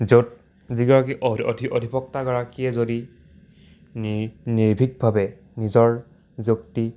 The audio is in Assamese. য'ত যিগৰাকী অধিবক্তাগৰাকীয়ে যদি নিৰ্ভিকভাৱে নিজৰ যুক্তি